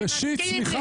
ראשית צמיחת גאולתנו.